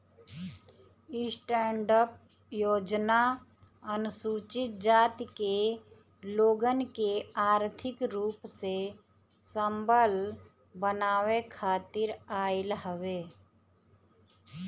stand up योजना अनुसूचित जाति के लोगन के आर्थिक रूप से संबल बनावे खातिर आईल हवे